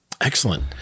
Excellent